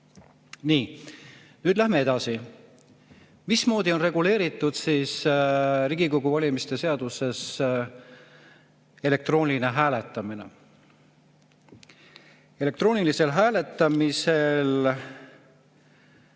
Nii, nüüd läheme edasi. Mismoodi on reguleeritud Riigikogu valimise seaduses elektrooniline hääletamine? Elektroonilist hääletamist